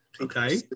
Okay